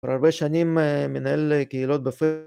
‫כבר הרבה שנים מנהל קהילות בפ...